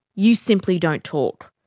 you simply don't talk.